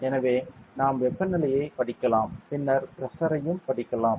எனவே நாம் வெப்பநிலையைப் படிக்கலாம் பின்னர் பிரஷர்ரையும் படிக்கலாம்